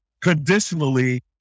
conditionally